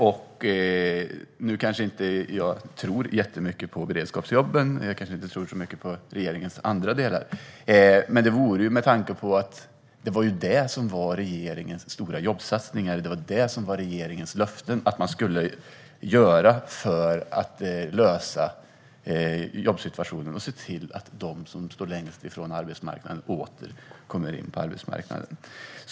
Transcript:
Jag tror kanske inte så mycket på beredskapsjobben, och jag tror kanske inte heller så mycket på regeringens andra delar. Men de var regeringens stora jobbsatsningar, och det som regeringen lovade att man skulle göra för att lösa jobbsituationen och se till att de som står längst från arbetsmarknaden åter kommer in på den.